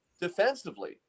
defensively